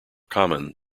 common